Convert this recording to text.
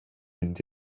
mynd